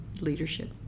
leadership